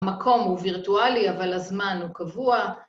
המקום הוא וירטואלי אבל הזמן הוא קבוע